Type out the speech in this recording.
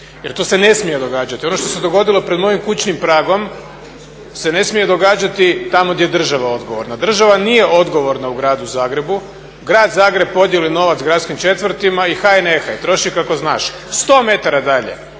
jer to se ne smije događati. Ono što se dogodilo pred mojim kućnim pragom se ne smije događati tamo gdje je država odgovorna. Država nije odgovorna u gradu Zagrebu, grad Zagreb podijeli novac gradskim četvrtima i haj nehaj troši kako znaš. 100 metara dalje